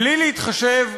בלי להתחשב,